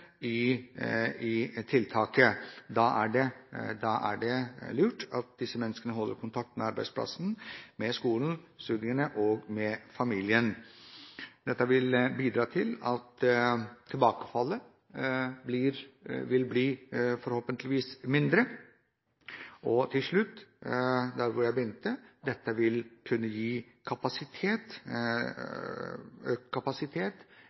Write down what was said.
fundamentet i tiltaket. Da er det lurt at disse menneskene holder kontakt med arbeidsplassen, med skolen og studiene og med familien. Dette vil bidra til at tilbakefallet forhåpentligvis blir mindre. Og til slutt – der jeg begynte: Det vil kunne gi økt kapasitet